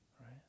Right